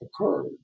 occurred